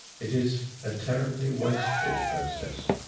it is a terribly wasteful process.